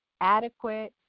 adequate